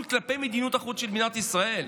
כזה על מדיניות החוץ של מדינת ישראל.